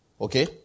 Okay